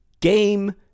game